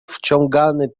wciągany